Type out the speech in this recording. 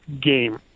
game